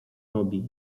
robi